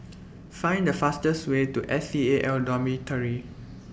Find The fastest Way to S C A L Dormitory